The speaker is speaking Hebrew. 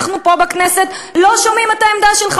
אנחנו פה בכנסת לא שומעים את העמדה שלך.